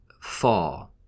fall